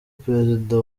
perezida